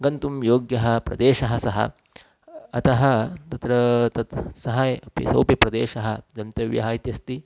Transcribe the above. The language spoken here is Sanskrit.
गन्तुं योग्यः प्रदेशः सः अतः तत्र तत् सहाय सोपि प्रदेशः गन्तव्यः इत्यस्ति